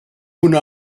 una